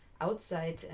outside